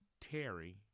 Terry